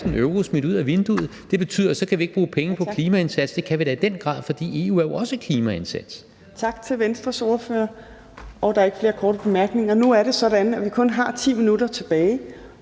det betyder, at vi ikke kan bruge penge på klimaindsatsen. Det kan vi da i den grad, for EU er jo også en